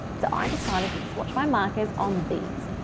so i decided to swatch my markers on these.